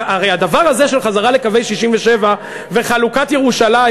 הרי הדבר הזה, של חזרה לקווי 67' וחלוקת ירושלים,